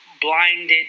blinded